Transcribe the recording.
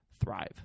thrive